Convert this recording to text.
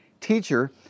Teacher